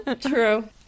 true